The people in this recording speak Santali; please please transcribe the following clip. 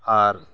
ᱟᱨ